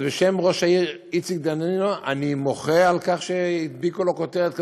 אז בשם ראש העיר איציק דנינו אני מוחה על כך שהדביקו לו כותרת כזאת,